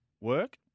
work